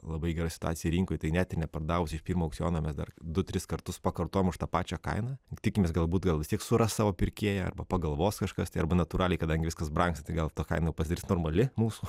labai gera situacija rinkoj tai net ir nepardavus iš pirmo aukciono mes dar du tris kartus pakartojom už tą pačią kainą tikimės galbūt gal vis tiek suras savo pirkėją arba pagalvos kažkas arba natūraliai kadangi viskas brangsta tai gal ta kaina pasidarys normali mūsų